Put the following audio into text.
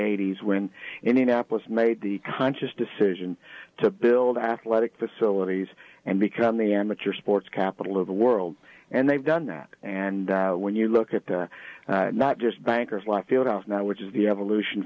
eighty's when indianapolis made the conscious decision to build athletic facilities and become the amateur sports capitol of the world and they've done that and when you look at the not just bankers life field out now which is the evolution